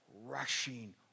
rushing